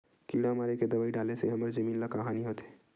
किड़ा मारे के दवाई डाले से हमर जमीन ल का हानि होथे?